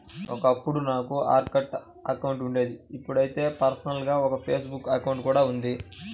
ఒకప్పుడు నాకు Orkut account ఉండేది ఇప్పుడైతే పర్సనల్ గా ఒక ఫేస్ బుక్ అకౌంట్ కూడా ఉంది